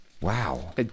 Wow